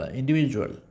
individual